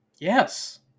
Yes